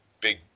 big